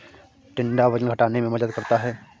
टिंडा वजन घटाने में मदद करता है